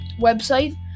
website